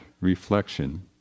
reflection